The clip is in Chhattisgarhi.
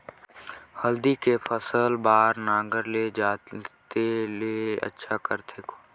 हल्दी के फसल बार नागर ले जोते ले अच्छा रथे कौन?